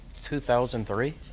2003